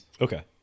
Okay